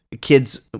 kids